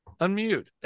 Unmute